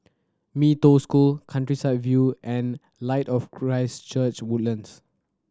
Mee Toh School Countryside View and Light of Christ Church Woodlands